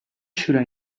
should